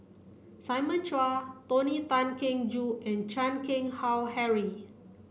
Simon Chua Tony Tan Keng Joo and Chan Keng Howe Harry